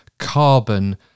Carbon